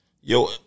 Yo